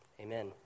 Amen